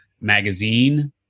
magazine